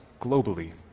globally